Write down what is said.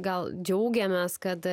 gal džiaugiamės kad